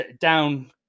down